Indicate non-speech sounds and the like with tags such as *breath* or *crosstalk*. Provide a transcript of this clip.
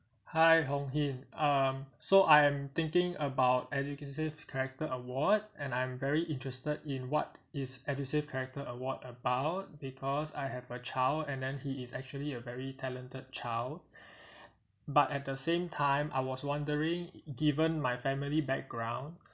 hi hong hing um so I am thinking about educasave character award and I'm very interested in what is edusave character award about because I have a child and then he is actually a very talented child *breath* but at the same time I was wondering given my family background